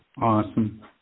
Awesome